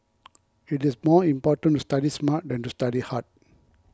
it is more important to study smart than to study hard